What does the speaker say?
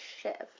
shift